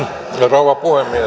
rouva puhemies